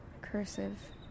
cursive